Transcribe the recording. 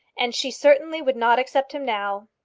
and she certainly would not accept him now.